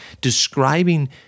describing